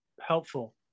helpful